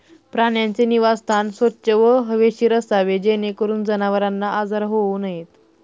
प्राण्यांचे निवासस्थान स्वच्छ व हवेशीर असावे जेणेकरून जनावरांना आजार होऊ नयेत